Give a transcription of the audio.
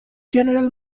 general